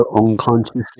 unconsciously